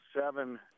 seven